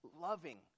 loving